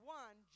one